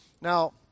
Now